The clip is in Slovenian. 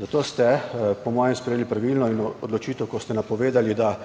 Zato ste po mojem sprejeli pravilno odločitev, ko ste napovedali, da